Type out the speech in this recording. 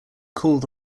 called